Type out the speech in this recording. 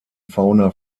fauna